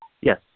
Yes